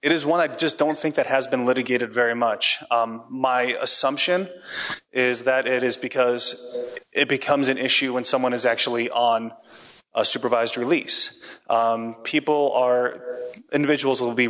it is one i just don't think that has been litigated very much my assumption is that it is because it becomes an issue when someone is actually on a supervised release people are d individuals will be